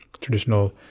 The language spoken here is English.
traditional